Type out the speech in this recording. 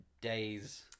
days